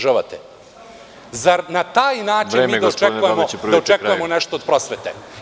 Zar na taj način da očekujemo nešto od prosvete?